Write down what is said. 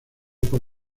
por